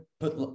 put